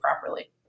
properly